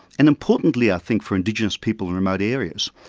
and importantly i think for indigenous people in remote areas,